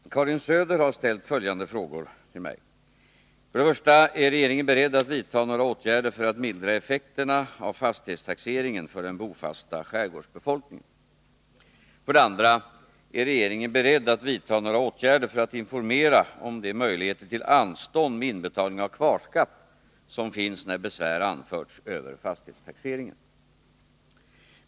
Fru talman! Karin Söder har ställt följande frågor till mig: 1. Ärregeringen beredd att vidta några åtgärder för att mildra effekterna av fastighetstaxeringen för den bofasta skärgårdsbefolkningen? 2. Är regeringen beredd att vidta några åtgärder för att informera om de möjligheter till anstånd med inbetalning av kvarskatt som finns när besvär anförts över fastighetstaxeringen?